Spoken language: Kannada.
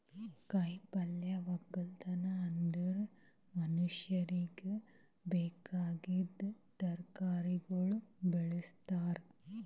ಕಾಯಿ ಪಲ್ಯದ್ ಒಕ್ಕಲತನ ಅಂದುರ್ ಮನುಷ್ಯರಿಗಿ ಬೇಕಾಗಿದ್ ತರಕಾರಿಗೊಳ್ ಬೆಳುಸ್ತಾರ್